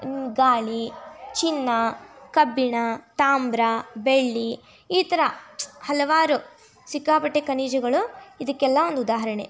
ಗಾಳಿ ಚಿನ್ನ ಕಬ್ಬಿಣ ತಾಮ್ರ ಬೆಳ್ಳಿ ಈ ಥರ ಹಲವಾರು ಸಿಕ್ಕಾಪಟ್ಟೆ ಖನಿಜಗಳು ಇದಕ್ಕೆಲ್ಲಾ ಒಂದು ಉದಾಹರಣೆ